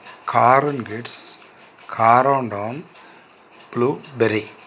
కారున్గిడ్స్ కారోన్డా బ్లూబెర్రీ